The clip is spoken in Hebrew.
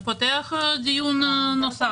זה פותח דיון נוסף,